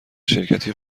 شرکتی